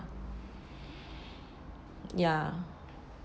ya